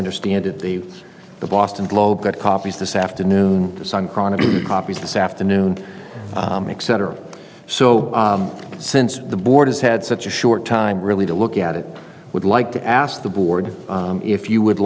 understand it the the boston globe got copies this afternoon sun chronicle copies this afternoon cetera so since the board has had such a short time really to look at it would like to ask the board if you would